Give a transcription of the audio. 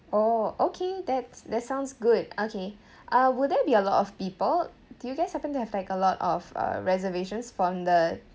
oh okay that's that sounds good okay uh would there be a lot of people did you guys happen to have like a lot of uh reservations from the